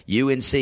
UNC